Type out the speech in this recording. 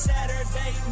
Saturday